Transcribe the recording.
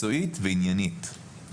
מקצועית ועניינית.